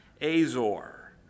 Azor